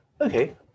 Okay